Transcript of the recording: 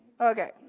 Okay